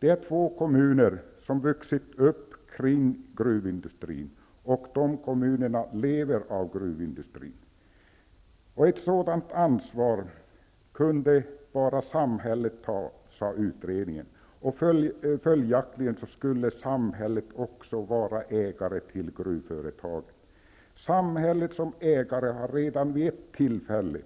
Det är två kommuner som har vuxit upp kring gruvindustrin och som lever av denna. Ett sådant ansvar kunde bara staten ta, framhölls det, och följaktligen skulle staten också vara ägare till gruvföretaget. Staten har redan vid ett tillfälle